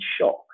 shock